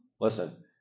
listen